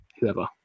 whoever